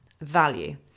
value